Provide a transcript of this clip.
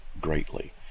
greatly